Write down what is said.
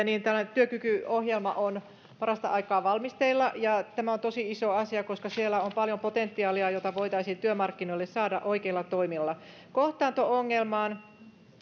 niin tämä työkykyohjelma on parastaikaa valmisteilla ja tämä on tosi iso asia koska siellä on paljon potentiaalia jota voitaisiin työmarkkinoille saada oikeilla toimilla kohtaanto ongelmaan